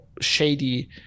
shady